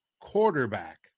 quarterback